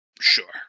Sure